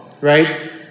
right